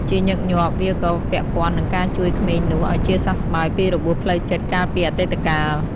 ជាញឹកញាប់ វាក៏ពាក់ព័ន្ធនឹងការជួយក្មេងនោះឲ្យជាសះស្បើយពីរបួសផ្លូវចិត្តកាលពីអតីតកាល។